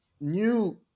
new